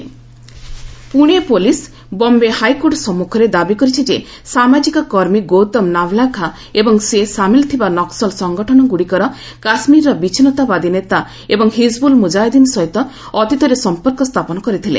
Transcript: HC Naxal ପ୍ରଣେ police Bombay high court ସମ୍ପଖରେ ଦାବି କରିଛି ଯେ ସାମାଜିକ କର୍ମୀ ଗୌତମ ନାଭଲାଖା ଏବଂ ସେ ସାମିଲ ଥିବା ନକ୍କଲ ସଂଗଠନ ଗୁଡ଼ିକର କାଶ୍ମୀରର ବିଚ୍ଛିନ୍ନତାବାଦୀ ନେତା ଏବଂ ହିଜ୍ବୁଲ୍ ମୁଜାହିଦ୍ଦିନ୍ ସହିତ ଅତୀତରେ ସଂପର୍କ ସ୍ଥାପନ କରିଥିଲେ